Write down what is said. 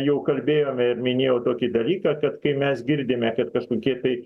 jau kalbėjome ir minėjau tokį dalyką kad kai mes girdime kad kažkokie tai